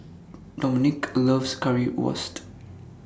Dominque loves Currywurst